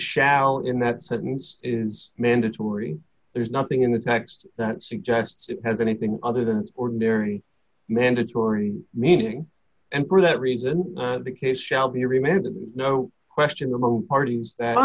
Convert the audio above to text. shout in that sentence is mandatory there's nothing in the next that suggests it has anything other than ordinary mandatory meaning and for that reason the case shall be remembered no question among parties that